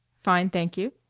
fine, thank you.